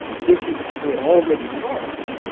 this is how it already works.